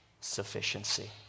sufficiency